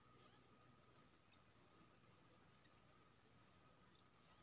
हमरा अपन खाता में पैसा भेजय के है, एकरा लेल हम की करू?